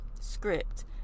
script